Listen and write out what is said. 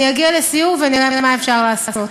אני אגיע לסיור ונראה מה אפשר לעשות.